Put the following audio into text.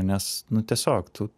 nes nu tiesiog tu